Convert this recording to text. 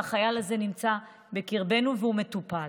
והחייל הזה נמצא בקרבנו והוא מטופל.